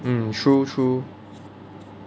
mm true true